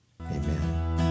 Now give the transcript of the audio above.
amen